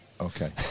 Okay